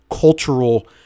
cultural